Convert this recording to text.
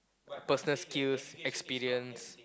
personal skills experience